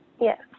Yes